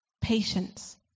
patience